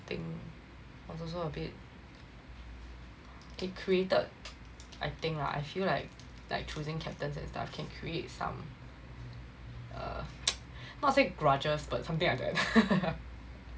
think was also a bit it created I think lah I feel like like choosing captains and stuff can create some uh not say grudges but something like that